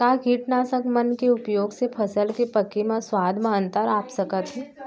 का कीटनाशक मन के उपयोग से फसल के पके म स्वाद म अंतर आप सकत हे?